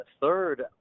third